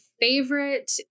favorite